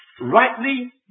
rightly